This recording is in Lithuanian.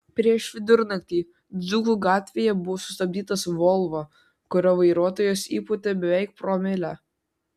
prieš vidurnaktį dzūkų gatvėje buvo sustabdytas volvo kurio vairuotojas įpūtė beveik promilę